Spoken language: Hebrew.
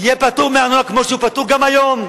יהיה פטור מארנונה, כמו שהוא פטור גם היום.